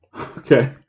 Okay